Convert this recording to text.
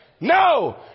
No